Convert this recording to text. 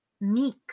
meek